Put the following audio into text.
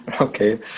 Okay